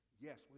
Yes